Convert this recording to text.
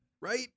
Right